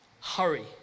hurry